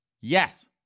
Yes